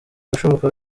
ibishoboka